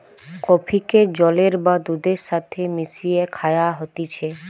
কফিকে জলের বা দুধের সাথে মিশিয়ে খায়া হতিছে